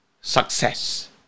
success